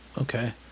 Okay